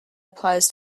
applies